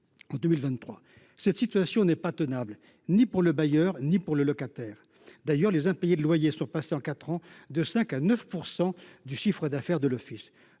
en 2023. Cette situation n’est tenable ni pour le bailleur ni pour le locataire. D’ailleurs, les impayés de loyer sont passés en quatre ans de 5 % à 9 % du chiffre d’affaires de l’office.